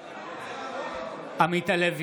בעד עמית הלוי,